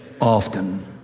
often